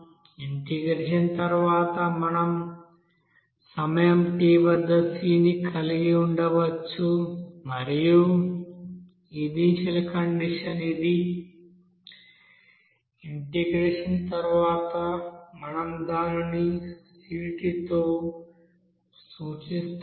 integration తరువాత మనం సమయం t వద్ద c ని కలిగి ఉండవచ్చు మరియు ఇనీషియల్ కండిషన్ C0 ఇంటెగ్రేషన్ తరువాత మనం దానిని Ct తో సూచిస్తాము